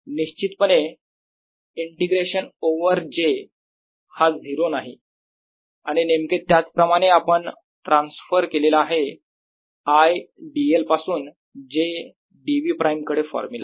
निश्चितपणे integration over j हा 0 नाही आणि नेमके त्याच प्रमाणे आपण ट्रान्सफर केलेला आहे I dl पासून j dv प्राईम कडे फॉर्मुला